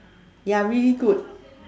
ya really good